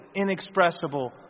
inexpressible